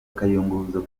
akayunguruzo